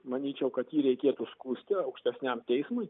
manyčiau kad jį reikėtų skųsti aukštesniam teismui